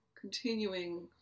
continuing